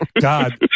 God